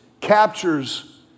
captures